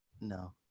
no